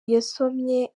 yasomeye